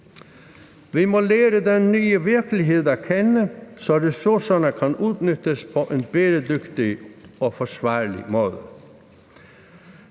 Vi må lære denne nye virkelighed at kende, så ressourcerne kan udnyttes på en bæredygtig og forsvarlig måde.